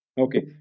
Okay